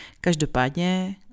Každopádně